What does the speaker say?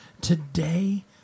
Today